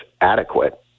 adequate